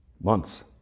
months